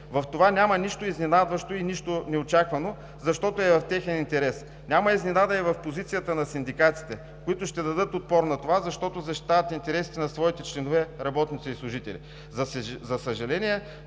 В това няма нищо изненадващо и нищо неочаквано, защото е в техен интерес. Няма изненада и в позицията на синдикатите, които ще дадат отпор на това, защото защитават интересите на своите членове – работници и служители. За съжаление,